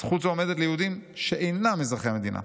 זכות זו עומדת ליהודים שאינם אזרחי המדינה.